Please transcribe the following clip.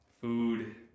food